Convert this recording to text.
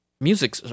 music